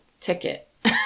ticket